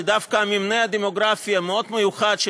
שדווקא המבנה הדמוגרפי המאוד-מיוחד של